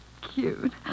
cute